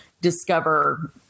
discover